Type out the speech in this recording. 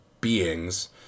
beings